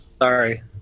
Sorry